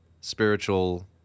spiritual